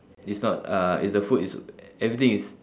it's not uh it's the food is everything is